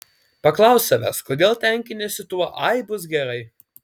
paklausk savęs kodėl tenkiniesi tuo ai bus gerai